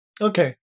Okay